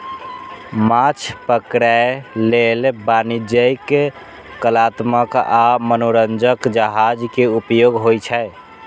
माछ पकड़ै लेल वाणिज्यिक, कलात्मक आ मनोरंजक जहाज के उपयोग होइ छै